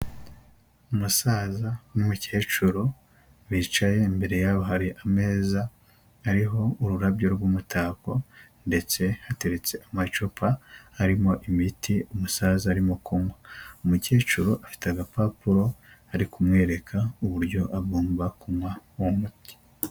Umusaza n'umukecuru bicaye imbere yabo hari ameza ariho ururabyo rw'umutako ndetse hateretse amacupa arimo imiti umusaza arimo kunywa, umukecuru afite agapapuro ari kumwereka uburyo agomba kunywa uwo muti.